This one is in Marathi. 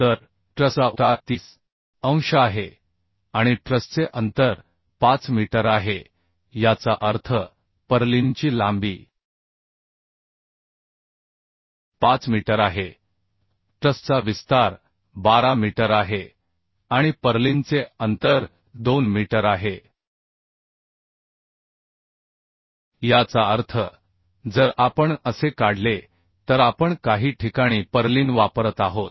तर ट्रसचा उतार 30 अंश आहे आणि ट्रसचे अंतर 5 मीटर आहे याचा अर्थ पर्लिनची लांबी 5 मीटर आहे ट्रसचा विस्तार 12 मीटर आहे आणि पर्लिनचे अंतर 2 मीटर आहे याचा अर्थ जर आपण असे काढले तर आपण काही ठिकाणी पर्लिन वापरत आहोत